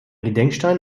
gedenkstein